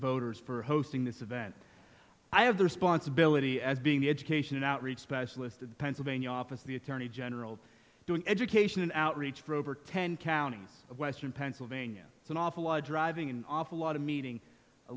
voters for hosting this event i have the responsibility as being the education and outreach specialist of the pennsylvania office the attorney general doing education and outreach for over ten counties of western pennsylvania it's an awful lot of driving an awful lot of meeting a